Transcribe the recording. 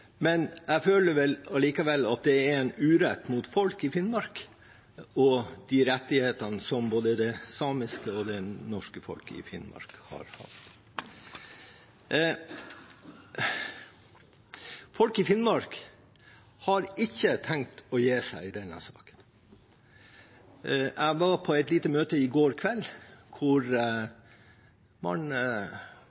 Men jeg føler allikevel at det er en urett mot folk i Finnmark og mot de rettighetene som både den samiske og den norske befolkningen i Finnmark har. Folk i Finnmark har ikke tenkt å gi seg i denne saken. Jeg var på et lite møte i går kveld hvor